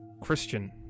christian